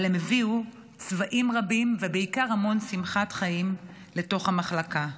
אבל הם הביאו צבעים רבים ובעיקר המון שמחת חיים לתוך המחלקה.